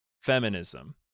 feminism